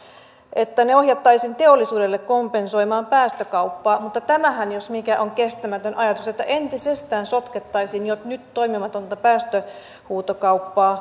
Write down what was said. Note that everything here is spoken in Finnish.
hallitusohjelmassahan on kirjaus että ne ohjattaisiin teollisuudelle kompensoimaan päästökauppaa mutta tämähän jos mikä on kestämätön ajatus että entisestään sotkettaisiin jo nyt toimimatonta päästöhuutokauppaa